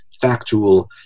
factual